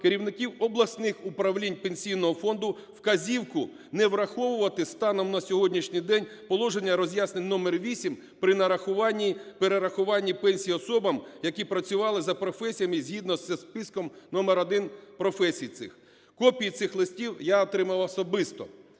керівників обласних управлінь Пенсійного фонду вказівку не враховувати станом на сьогоднішній день положення роз'яснень номер 8 при нарахуванні, перерахуванні пенсій особам, які працювали за професіями згідно зі списком номер 1 професій цих. Копії цих листів я отримав особисто.